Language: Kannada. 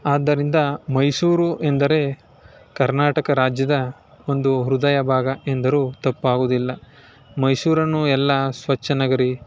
ಆದ್ದರಿಂದ ಮೈಸೂರು ಎಂದರೆ ಕರ್ನಾಟಕ ರಾಜ್ಯದ ಒಂದು ಹೃದಯ ಭಾಗ ಎಂದರೂ ತಪ್ಪಾಗುವುದಿಲ್ಲ ಮೈಸೂರನ್ನು ಎಲ್ಲ ಸ್ವಚ್ಚ ನಗರಿ